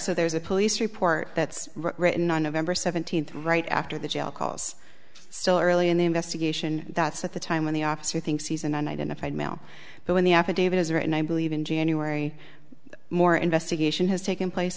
so there's a police report that's written on nov seventeenth right after the jail calls so early in the investigation that's at the time when the officer thinks he's an unidentified male but when the affidavit is there and i believe in january more investigation has taken place